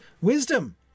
wisdom